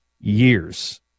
years